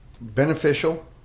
beneficial